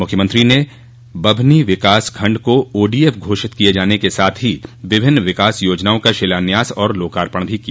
मुख्यमंत्री ने बभनी बिकास खण्ड को ओडीएफ घोषित किये जाने के साथ ही विभिन्न विकास योजनाओं का शिलान्यास और लोकार्पण भी किया